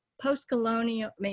post-colonial